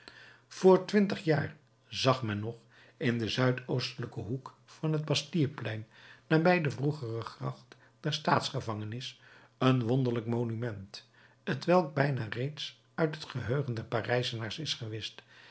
vr twintig jaar zag men nog in den zuidoostelijken hoek van het bastilleplein nabij de vroegere gracht der staatsgevangenis een wonderlijk monument t welk bijna reeds uit het geheugen der parijzenaars is gewischt